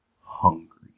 hungry